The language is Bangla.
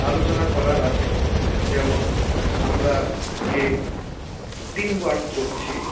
আলোচনা করার আছে যেমন আমরা যে টিমওয়ার্ক করছি